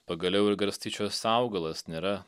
pagaliau ir garstyčios augalas nėra